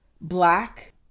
black